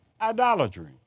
idolatry